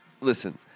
Listen